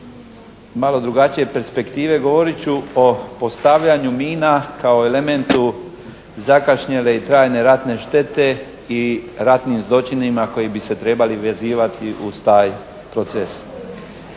malo drugačije perspektive. Govorit ću o postavljanju mina kao elementu zakašnjele i trajne ratne štete i ratnim zločinima koji bi se trebali vezivati uz taj proces.